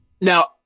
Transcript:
Now